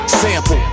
sample